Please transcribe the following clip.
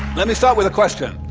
let me start with a question.